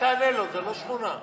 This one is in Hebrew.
אל תענה לו, זה לא שכונה.